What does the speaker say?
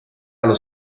allo